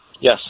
Yes